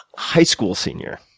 high school senior